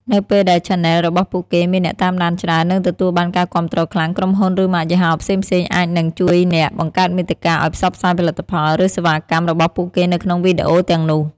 នៅពេលដែលឆានែលរបស់ពួកគេមាន អ្នកតាមដានច្រើន និងទទួលបានការគាំទ្រខ្លាំង ក្រុមហ៊ុន ឬម៉ាកយីហោផ្សេងៗអាចនឹង ជួលអ្នកបង្កើតមាតិកាឲ្យផ្សព្វផ្សាយផលិតផល ឬសេវាកម្ម របស់ពួកគេនៅក្នុងវីដេអូទាំងនោះ។